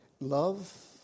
love